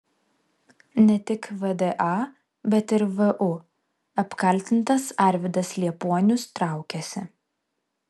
ne tik vda bet ir vu apkaltintas arvydas liepuonius traukiasi